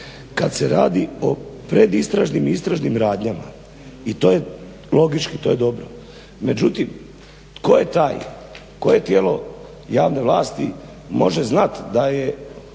kad se radi o pred istražnim i istražnim radnjama i to je logički. To je dobro. međutim tko je taj, koje tijelo javne vlasti može znat da je